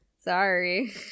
Sorry